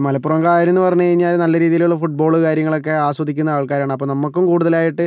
മലപ്പുറം കാർ എന്നു പറഞ്ഞുകഴിഞ്ഞാൽ നല്ല രീതിയിലുള്ള ഫുട് ബോൾ കാര്യങ്ങളൊക്കെ ആസ്വദിക്കുന്ന ആൾക്കാരാണ് അപ്പോൾ നമുക്കും കൂടുതലായിട്ട്